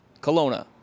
Kelowna